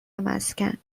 مسکن